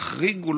אם יחריגו,